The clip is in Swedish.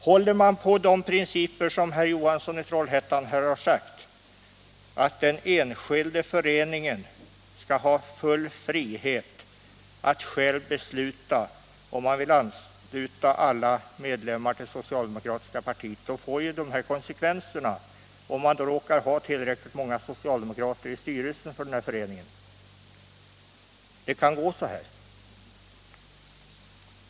Håller man på de principer som herr Johansson i Trollhättan förespråkade, att den enskilda föreningen skall ha full frihet att själv besluta om den vill ansluta alla sina medlemmar till socialdemokratiska partiet, får man de här konsekvenserna, om det råkar vara tillräckligt många socialdemokrater i styrelsen för föreningen. Det kan gå så här.